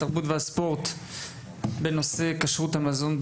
התרבות והספורט בנושא כשרות המזון,